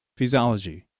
physiology